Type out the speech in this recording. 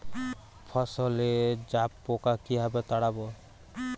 ফসলে জাবপোকা কিভাবে তাড়াব?